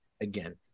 again